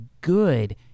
good